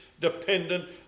Dependent